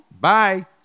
bye